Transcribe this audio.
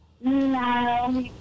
No